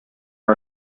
are